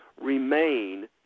remain